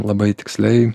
labai tiksliai